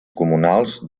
comunals